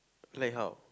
like how